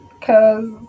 Cause